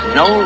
no